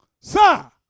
Sir